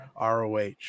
ROH